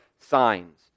signs